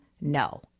No